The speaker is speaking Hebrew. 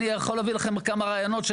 אני יכול להביא לכם כמה ראיונות של